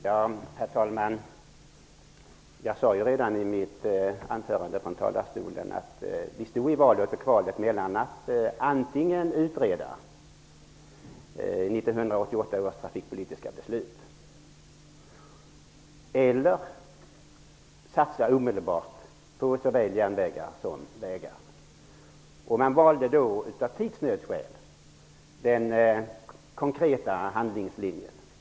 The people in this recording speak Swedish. Herr talman! Jag sade redan i mitt anförande från talarstolen att vi stod i valet och kvalet mellan att antingen utreda 1988 års trafikpolitiska beslut eller omedelbart satsa på såväl järnvägar som vägar. Man valde av tidsnödsskäl den konkreta handlingslinjen.